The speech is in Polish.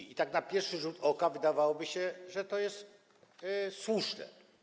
I tak na pierwszy rzut oka wydawałoby się, że to jest słuszne.